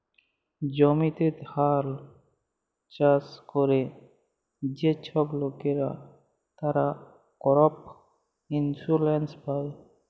জমিতে ধাল চাষ ক্যরে যে ছব লকরা, তারা করপ ইলসুরেলস পায়